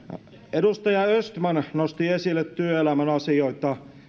edustaja östman nosti esille työelämän asioita